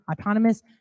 autonomous